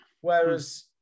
Whereas